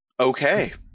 okay